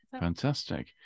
Fantastic